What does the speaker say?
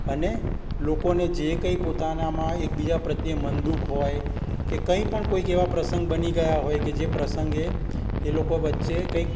અને લોકોને જે કંઈ પોતાનામાં એકબીજા પ્રત્યે મનદુખ હોય કે કંઈ પણ કોઈક એવા પસંગ બની ગયા હોય કે જે પ્રસંગે એ લોકો વચ્ચે કંઈક